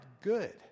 good